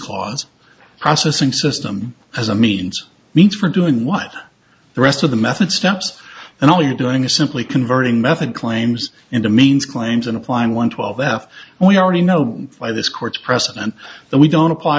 clause processing system as a means means for doing what the rest of the method steps and all you are doing is simply converting method claims into means claims and applying one twelve f we already know by this court's precedent that we don't apply